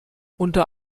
unter